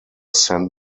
san